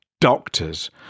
Doctors